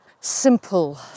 simple